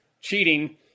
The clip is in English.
cheating